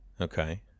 Okay